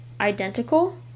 identical